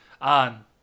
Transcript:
on